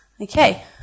Okay